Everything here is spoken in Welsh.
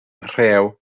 rhew